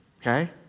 Okay